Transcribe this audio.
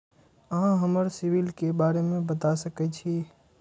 अहाँ हमरा सिबिल के बारे में बता सके छी?